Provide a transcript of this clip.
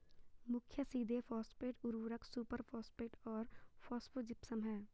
मुख्य सीधे फॉस्फेट उर्वरक सुपरफॉस्फेट और फॉस्फोजिप्सम हैं